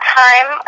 time